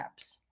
apps